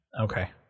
okay